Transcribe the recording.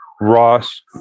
Ross